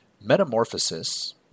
*Metamorphosis*